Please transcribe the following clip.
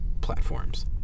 platforms